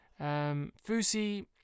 Fusi